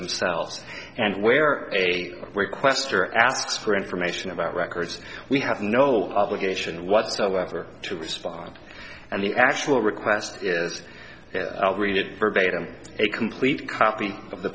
themselves and where they request or asks for information about records we have no obligation whatsoever to respond and the actual request is to read it verbatim a complete copy of the